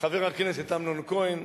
חבר הכנסת אמנון כהן,